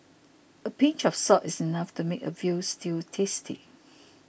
a pinch of salt is enough to make a Veal Stew tasty